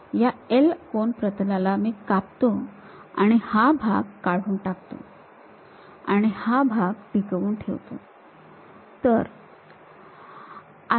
तर या L कोन प्रतलाला मी कापतो आणि हा भाग काढून टाकतो आणि हा भाग टिकवून ठेवतो